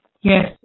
Yes